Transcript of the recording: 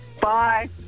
Bye